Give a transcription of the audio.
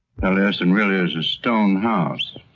taliesin really is a stone house